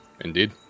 Indeed